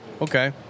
Okay